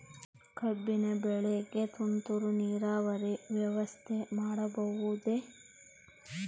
ಕಬ್ಬಿನ ಬೆಳೆಗೆ ತುಂತುರು ನೇರಾವರಿ ವ್ಯವಸ್ಥೆ ಮಾಡಬಹುದೇ?